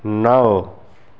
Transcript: नओ